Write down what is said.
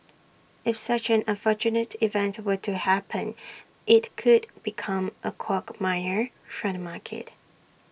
if such an unfortunate event were to happen IT could become A quagmire for the market